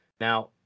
Now